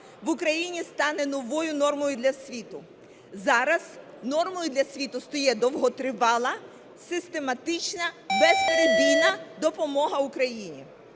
в Україні стане нової нормою для світу. Зараз нормою для світу стає довготривала систематична безперебійна допомога Україні